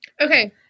Okay